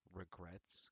regrets